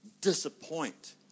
disappoint